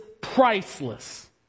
priceless